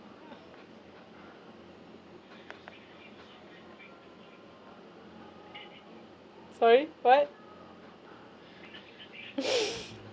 sorry what